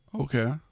Okay